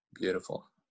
Beautiful